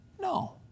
No